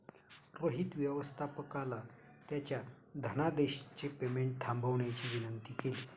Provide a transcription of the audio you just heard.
रोहित व्यवस्थापकाला त्याच्या धनादेशचे पेमेंट थांबवण्याची विनंती केली